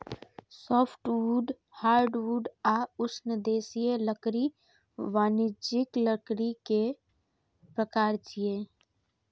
softwood, hardwood आ उष्णदेशीय लकड़ी वाणिज्यिक लकड़ी के प्रकार छियै